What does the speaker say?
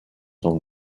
sont